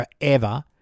forever